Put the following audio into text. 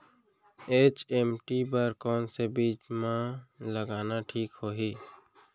HMT बर कौन से बीज मा लगाना ठीक होही?